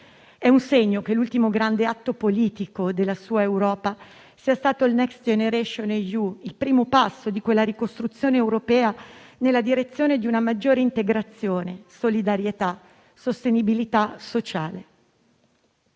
È un segno che l'ultimo grande atto politico della sua Europa sia stato il Next generation EU, il primo passo della ricostruzione europea nella direzione di una maggiore integrazione, solidarietà e sostenibilità sociale.